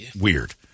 weird